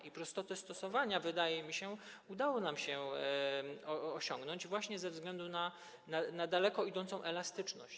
I prostotę stosowania, wydaje mi się, udało nam się osiągnąć właśnie ze względu na daleko idącą elastyczność.